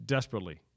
Desperately